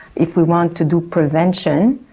if we want to do prevention,